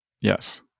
Yes